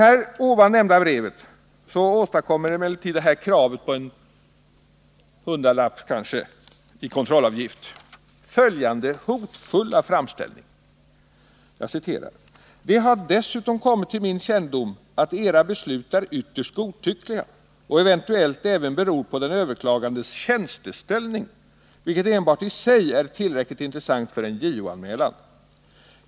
I det nyssnämnda brevet åstadkommer emellertid kravet på kanske = statliga arbetsplaten hundralapp i kontrollavgift följande hotfulla framställning: ser ”Det har dessutom kommit till min kännedom att Era beslut är ytterst godtyckliga och eventuellt även beror på den överklagandes tjänsteställning, vilket enbart i sig är tillräckligt intressant för en JO-anmälan.